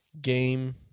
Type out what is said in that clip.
game